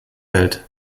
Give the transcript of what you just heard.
welt